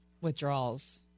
withdrawals